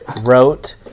wrote